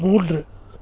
மூன்று